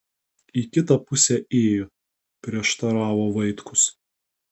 į kitą pusę ėjo prieštaravo vaitkus